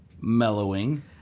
mellowing